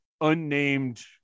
unnamed